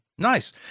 Nice